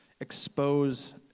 expose